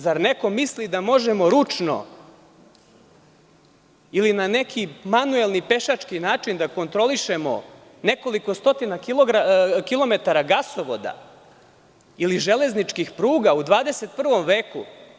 Zar neko misli da možemo ručno, ili na neki manuelni, pešački način da kontrolišemo nekoliko stotina kilometara gasovoda ili železničkih pruga u 21. veku?